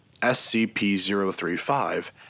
SCP-035